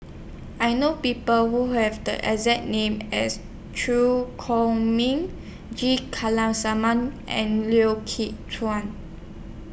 I know People Who Have The exact name as Chew Chor Meng G and Lau Chuan